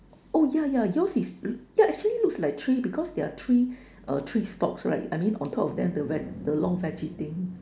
oh yeah yeah yours is l~ yeah actually looks like three because there are three uh three stops right I mean on top of them the veg the long veggie thing